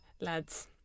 lads